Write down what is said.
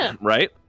right